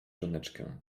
żoneczkę